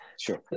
Sure